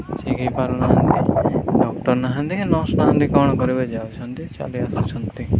ଠିକ୍ ହେଇ ପାରୁନାହାଁନ୍ତି ଡକ୍ଟର ନାହାଁନ୍ତି କି ନର୍ସ ନାହାଁନ୍ତି କ'ଣ କରିବେ ଯାଉଛନ୍ତି ଚାଲି ଆସୁଛନ୍ତି